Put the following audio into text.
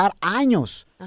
Años